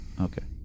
Okay